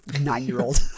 nine-year-old